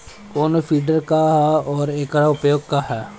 कोनो विडर का ह अउर एकर उपयोग का ह?